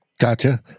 Gotcha